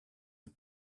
the